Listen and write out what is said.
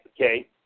okay